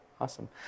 awesome